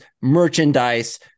merchandise